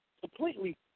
completely